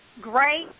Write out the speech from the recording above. great